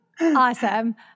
Awesome